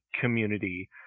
community